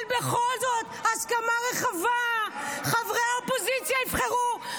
אבל בכל זאת, הסכמה רחבה, חברי האופוזיציה יבחרו.